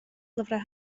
lyfrau